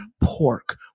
pork